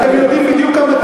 אתם יודעים בדיוק גם את